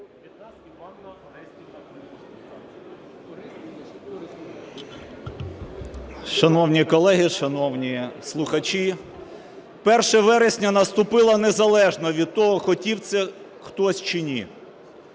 Шановні колеги, шановні слухачі, 1 вересня наступило незалежно від того, хотів це хтось чи ні.